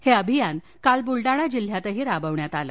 हे अभियान काल बुलडाणा जिल्हयातही राबविण्यात आलं